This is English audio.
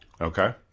Okay